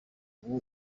uwo